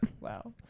Wow